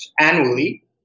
annually